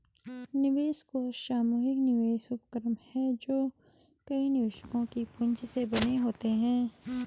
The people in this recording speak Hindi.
निवेश कोष सामूहिक निवेश उपक्रम हैं जो कई निवेशकों की पूंजी से बने होते हैं